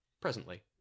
presently